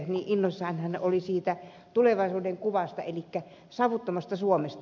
niin innoissaan hän oli siitä tulevaisuuden kuvasta elikkä savuttomasta suomesta